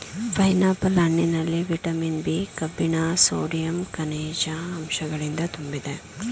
pineapple ಹಣ್ಣಿನಲ್ಲಿ vitamin B, ಕಬ್ಬಿಣ sodium, ಕನಿಜ ಅಂಶಗಳಿಂದ ತುಂಬಿದೆ